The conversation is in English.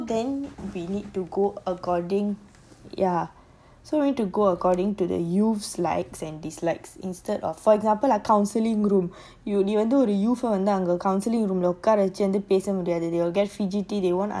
ya so then we need to go according ya so we need to go according to the youth's likes and dislikes instead of for example like counselling room you even though the youth உட்காரவைச்சிபேசமுடியாது:utkara vachi pesa mudiathu they will get fidgety they won't answer properly what